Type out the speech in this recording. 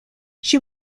she